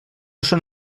són